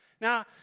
Now